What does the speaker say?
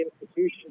institutions